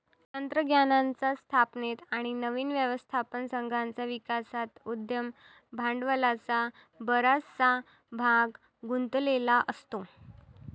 तंत्रज्ञानाच्या स्थापनेत आणि नवीन व्यवस्थापन संघाच्या विकासात उद्यम भांडवलाचा बराचसा भाग गुंतलेला असतो